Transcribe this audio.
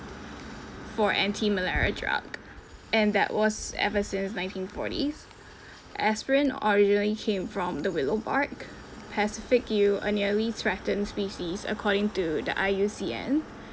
for anti-malarial drug and that was ever since nineteen forties aspirin originally came from the willow bark pacific yew a nearly threatened species according to the I_U_C_N